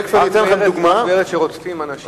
רק מארץ שרודפים בה אנשים.